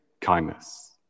kindness